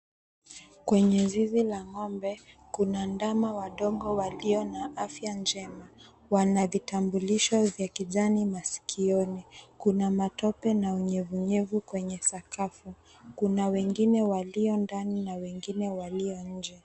Kwenye zizi la ng'ombe, kuna ndama wadogo walio na afya njema. Wana vitambulisho vya kijani masikioni. Kuna matope na unyevunyevu kwenye sakafu. Kuna wengine walio ndani na wengine walio nje.